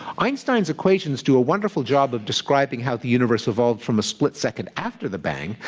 einstein's equations do a wonderful job of describing how the universe evolved from a split-second after the bang,